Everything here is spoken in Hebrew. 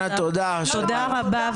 תודה רבה.